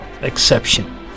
Exception